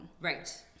Right